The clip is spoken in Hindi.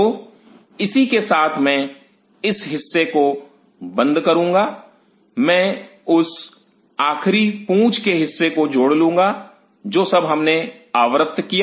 तो इसी के साथ मैं इस हिस्से को बंद करूंगा मैं उस आखिरी पूंछ के हिस्से को जोड़ लूंगा जो सब हमने आवृत किया